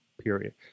period